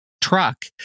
truck